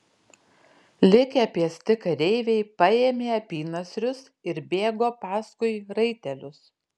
likę pėsti kareiviai paėmė apynasrius ir bėgo paskui raitelius